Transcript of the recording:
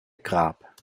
grab